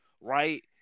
right